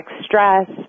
stress